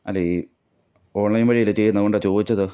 അല്ല ഈ ഓൺലൈൻ വഴിയല്ലെ ചെയ്യുന്നത് അതുകൊണ്ടാണ് ചോദിച്ചത്